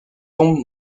tombe